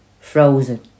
frozen